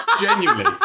Genuinely